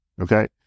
Okay